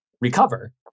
recover